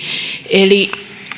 eli